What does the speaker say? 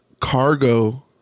cargo